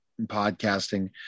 podcasting